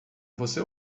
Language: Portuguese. você